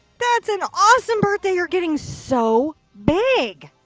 that's an awesome birthday. you're getting so big.